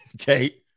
okay